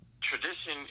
tradition